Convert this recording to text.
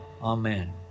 Amen